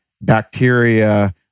bacteria